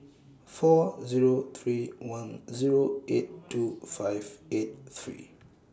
four Zero three one Zero eight two five eight three